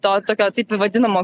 to tokio taip vadinamo